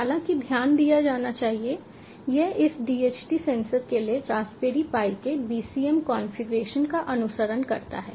हालांकि ध्यान दिया जाना चाहिए यह इस DHT सेंसर के लिए रास्पबेरी पाई के BCM कॉन्फ़िगरेशन का अनुसरण करता है